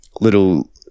little